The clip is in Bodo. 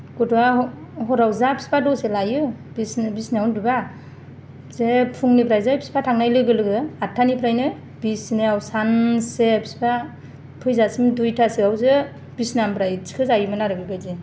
गथ'वा हराव जा बिफा दसे लायो बेसनो बिसनायाव उन्दुबा जे फुंनिफ्राय जे बिफा थांनाय लोगो लोगो आदथानिफ्रायनो बिसनायाव सानसे बिफा फैजासिम दुइथासो आवसो बिसनानिफ्राय थिखोजायोमोन आरो बेबायदि